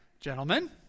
gentlemen